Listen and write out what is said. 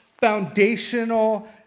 foundational